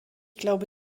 glaube